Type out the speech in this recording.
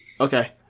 Okay